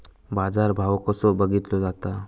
बाजार भाव कसो बघीतलो जाता?